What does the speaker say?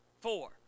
Four